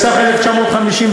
את שלך נשאיר לאחרים.